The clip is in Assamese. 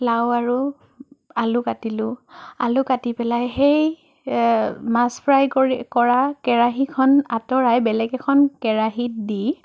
লাও আৰু আলু কাটিলোঁ আলু কাটি পেলাই সেই মাছ ফ্ৰাই কৰি কৰা কেৰাহীখন আঁতৰাই বেলেগ এখন কেৰাহীত দি